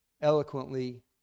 eloquently